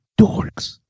dorks